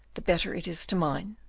the better it is to mine.